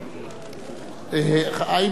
האם כבודו סיים את דבריו?